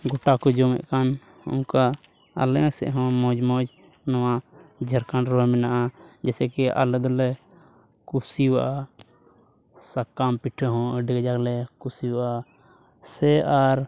ᱜᱳᱴᱟ ᱠᱚ ᱡᱚᱢᱮᱫ ᱠᱟᱱ ᱚᱱᱠᱟ ᱟᱞᱮ ᱥᱮᱫ ᱦᱚᱸ ᱢᱚᱡᱽ ᱢᱚᱡᱽ ᱱᱚᱣᱟ ᱡᱷᱟᱲᱠᱷᱚᱸᱰ ᱨᱮᱦᱚᱸ ᱢᱮᱱᱟᱜᱼᱟ ᱡᱮᱭᱥᱮ ᱠᱤ ᱟᱞᱮ ᱫᱚᱞᱮ ᱠᱩᱥᱤᱣᱟᱜᱼᱟ ᱥᱟᱠᱟᱢ ᱯᱤᱴᱷᱟᱹ ᱦᱚᱸ ᱟᱹᱰᱤ ᱠᱟᱡᱟᱠ ᱞᱮ ᱠᱩᱥᱤᱣᱟᱜᱼᱟ ᱥᱮ ᱟᱨ